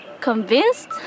convinced